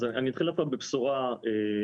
אז אני אתחיל קודם בבשורה שבאמת,